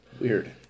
Weird